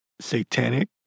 satanic